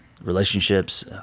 relationships